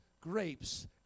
grapes